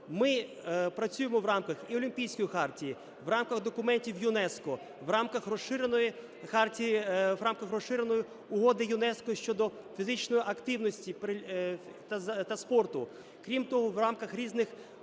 Ми працюємо в рамках і Олімпійської хартії, в рамках документів ЮНЕСКО, в рамках розширеної хартії... в рамках Розширеної угоди ЮНЕСКО щодо фізичної активності та спорту, крім того, в рамках різних